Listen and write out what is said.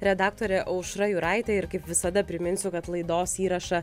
redaktorė aušra jūraitė ir kaip visada priminsiu kad laidos įrašą